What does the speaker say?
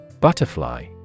Butterfly